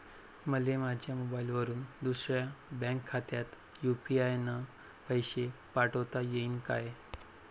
मले माह्या मोबाईलवरून दुसऱ्या बँक खात्यात यू.पी.आय न पैसे पाठोता येईन काय?